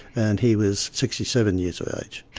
and he was sixty seven years of age.